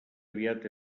aviat